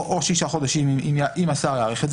או שישה חודשים אם השר יאריך את זה.